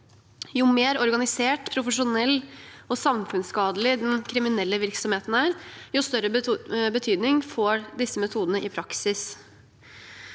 Jo mer organisert, profesjonell og samfunnsskadelig den kriminelle virksomheten er, jo større betydning får metodene i praksis.